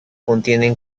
contienen